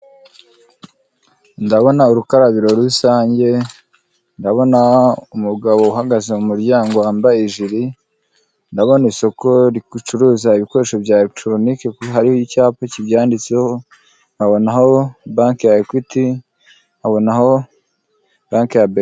Ndabona urukarabiro rusange, ndabona umugabo uhagaze mu muryango wambaye ijiri, ndabona isoko ricuruza ibikoresho bya eregitoroniki hariho icyapa kibyanditseho, nkabonaho banki ya Ekwiti, nkabonaho banki ya Beka.